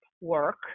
work